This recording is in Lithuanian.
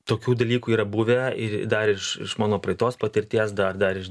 tokių dalykų yra buvę ir dar iš iš mano praeitos patirties dar dar iš